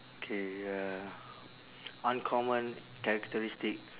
okay uh uncommon characteristic